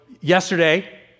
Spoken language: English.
yesterday